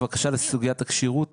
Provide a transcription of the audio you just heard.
לסוגיית הכשירות.